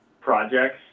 projects